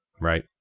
right